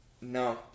no